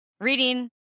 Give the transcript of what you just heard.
reading